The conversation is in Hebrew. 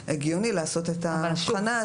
הגיוני לעשות את ההבחנה הזו בכל הארץ.